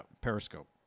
Periscope